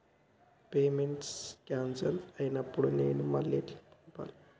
Payment cancel అయినపుడు నేను మళ్ళా ఎట్ల పంపాలే?